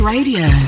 Radio